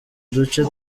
duce